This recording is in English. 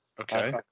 Okay